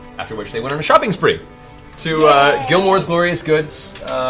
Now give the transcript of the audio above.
after which, they went on a shopping spree to gilmore's glorious goods.